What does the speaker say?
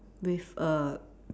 with a